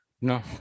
No